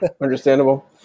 Understandable